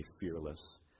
fearless